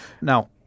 Now